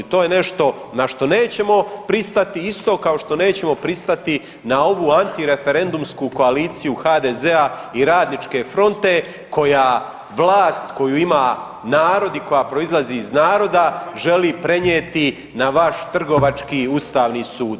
To je nešto na što nećemo pristati, isto kao što nećemo pristati na ovu antireferendumsku koaliciju HDZ-a i Radničke fronte koja vlast koju ima narod i koja proizlazi iz naroda želi prenijeti na vaš trgovački Ustavni sud.